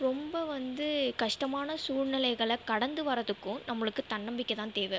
ரொம்ப வந்து கஷ்டமான சூழ்நிலைகளை கடந்து வரதுக்கும் நம்பளுக்கு தன்னம்பிக்கை தான் தேவை